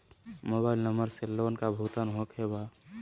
Mobile number से loan का भुगतान होखे बा?